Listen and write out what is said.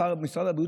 משרד הבריאות,